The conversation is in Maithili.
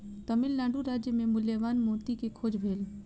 तमिल नाडु राज्य मे मूल्यवान मोती के खोज भेल